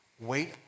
Wait